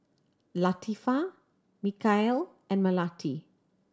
Latifa Mikhail and Melati